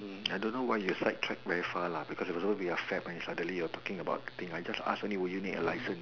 mm I don't know why you side track very far lah because it was supposed to be a fair point suddenly you're talking about the thing I just ask only will you need a license